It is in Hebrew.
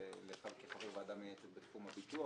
כחבר הוועדה המייעצת בתחום הביטוח,